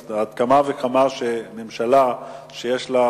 אז על אחת כמה וכמה שממשלה שיש לה,